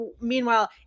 Meanwhile